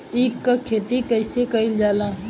ईख क खेती कइसे कइल जाला?